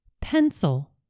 pencil